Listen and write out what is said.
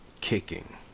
kicking